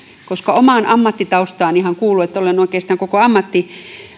omaan ammattitaustaanihan kuuluu että olen oikeastaan koko ammattiurani ajan tehnyt